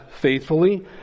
faithfully